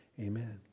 Amen